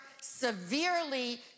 severely